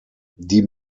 die